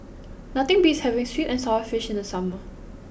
nothing beats having Sweet and Sour Fish in the summer